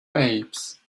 babes